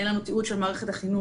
אין לנו תיעוד של מערכת החינוך,